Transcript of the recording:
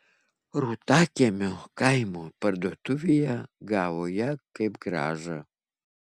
rūtakiemio kaimo parduotuvėje gavo ją kaip grąžą